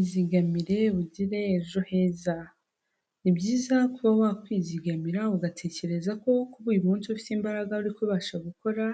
Izigamire bugire ejo heza, ni byiza kuba wakwizigamira ugatekereza ko kuba uyu munsi ufite imbaraga uri kusha gukora